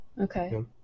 Okay